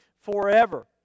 forever